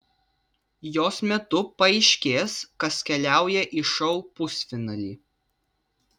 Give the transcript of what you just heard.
jos metu paaiškės kas keliauja į šou pusfinalį